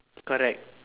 correct